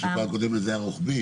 רק שפעם קודמת זה היה רוחבי,